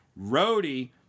roadie